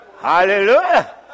Hallelujah